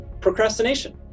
Procrastination